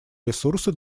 ресурсы